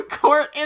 court